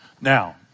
Now